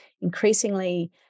Increasingly